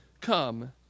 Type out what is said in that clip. come